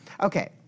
Okay